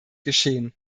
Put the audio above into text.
geschehen